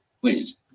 Please